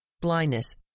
blindness